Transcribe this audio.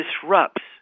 disrupts